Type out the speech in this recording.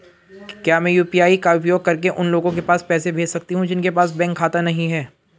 क्या मैं यू.पी.आई का उपयोग करके उन लोगों के पास पैसे भेज सकती हूँ जिनके पास बैंक खाता नहीं है?